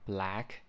Black